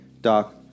Doc